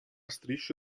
strisce